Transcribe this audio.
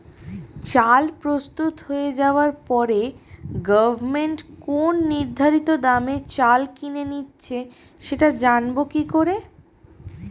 চাল প্রস্তুত হয়ে যাবার পরে গভমেন্ট কোন নির্ধারিত দামে চাল কিনে নিচ্ছে সেটা জানবো কি করে?